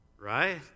Right